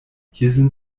hier